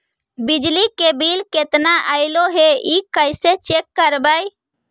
बिजली के बिल केतना ऐले हे इ कैसे चेक करबइ?